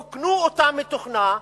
רוקנו אותה מתוכנה,